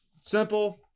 Simple